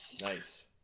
Nice